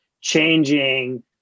changing